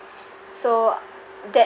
so that